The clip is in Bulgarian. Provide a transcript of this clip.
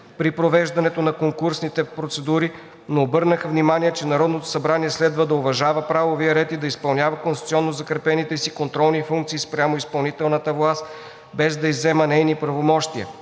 при провеждането на конкурсните процедури, но обърнаха внимание, че Народното събрание следва да уважава правовия ред и да изпълнява конституционно закрепените си контролни функции спрямо изпълнителната власт, без да иззема нейни правомощия.